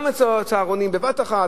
גם צהרונים בבת-אחת,